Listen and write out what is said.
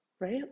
right